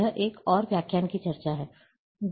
यह एक और व्याख्यान की चर्चा है